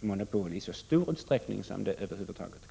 monopol i så stor utsträckning som det över huvud Trafikpolitiska